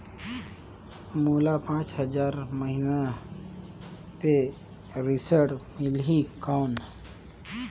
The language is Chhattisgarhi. मोला पांच हजार महीना पे ऋण मिलही कौन?